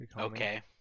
Okay